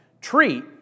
treat